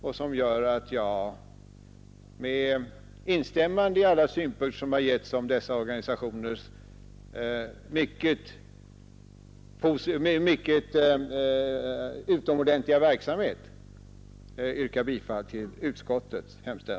Med instämmande i alla Ersättning till post synpunkter som anförts om dessa organisationers utomordentliga verk = Verket för befordran samhet yrkar jag bifall till utskottets hemställan.